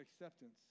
acceptance